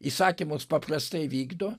įsakymus paprastai vykdo